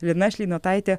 lina šleinotaitė